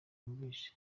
numvise